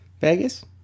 Vegas